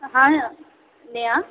हां नेहा